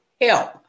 help